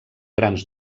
grans